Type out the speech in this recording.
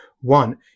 One